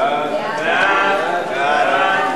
חוק שכר מינימום